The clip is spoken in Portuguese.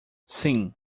sim